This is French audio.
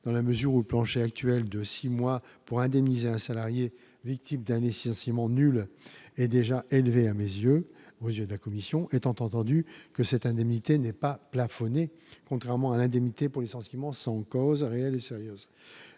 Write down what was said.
dans la mesure où plancher actuel de 6 mois pour indemniser un salarié victime d'années Saint-Simon nul et déjà élevé à mes yeux aux j'ai de la commission, étant entendu que cette indemnité n'est pas plafonné, contrairement à l'indemnité pour licenciement sans cause réelle et sérieuse,